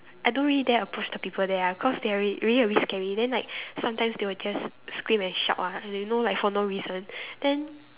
I don't really dare approach the people there ah cause they are really really a bit scary then like sometimes they will just scream and shout ah you know like for no reason then